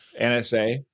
NSA